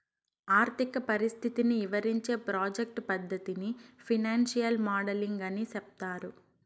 ఆర్థిక పరిస్థితిని ఇవరించే ప్రాజెక్ట్ పద్దతిని ఫైనాన్సియల్ మోడలింగ్ అని సెప్తారు